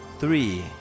Three